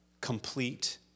complete